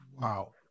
Wow